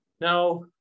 Now